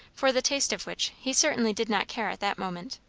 for the taste of which he certainly did not care at that moment.